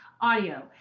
audio